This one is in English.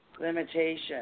limitation